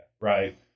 right